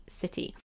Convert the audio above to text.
city